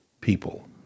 people